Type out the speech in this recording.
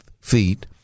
feet